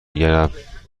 گردم